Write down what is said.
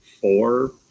four